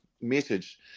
message